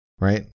Right